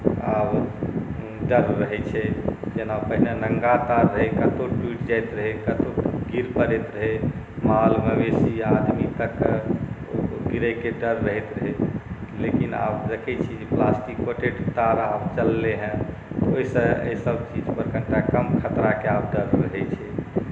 आब डर रहै छै जेना पहिने नङ्गा तार रहै कतहु टुटि जाइत रहै कतहु गिर पड़ैत रहै माल मवेशी आदमी तकके गिरैके डर रहैत रहै लेकिन आब देखै छी जे प्लास्टिक कोटेड तार आब चललै हँ ओहिसँ एहिसब चीजपर कनिटा कम खतराके आब डर रहै छै